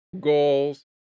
Goals